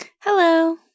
Hello